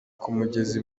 kumugeza